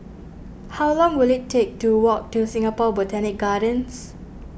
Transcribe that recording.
how long will it take to walk to Singapore Botanic Gardens